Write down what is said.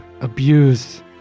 abuse